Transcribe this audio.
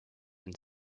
and